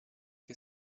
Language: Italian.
che